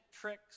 tricks